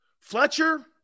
Fletcher